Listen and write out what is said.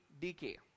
decay